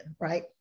right